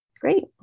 Great